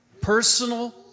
personal